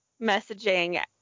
messaging